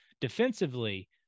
defensively